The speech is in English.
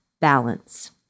balance